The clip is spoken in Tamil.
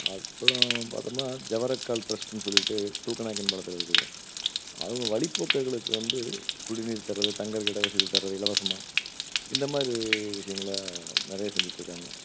அப்பறம் பார்த்தம்னா ஜவரக்கால் ட்ரஸ்ட்டுன் சொல்லிட்டு தூக்கநாயக்கன்பாளையத்தில் இருக்குது அவங்க வழிப்போக்கர்களுக்கு வந்து குடிநீர் தரது தங்கறதுக்கு இட வசதி தரது இலவசமாக இந்த மாதிரி விஷயங்கள நிறைய செஞ்சிட்டிருக்காங்க